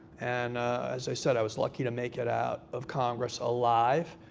and as i said, i was lucky to make it out of congress alive.